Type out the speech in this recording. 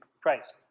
Christ